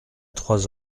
trois